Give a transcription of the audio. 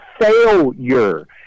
failure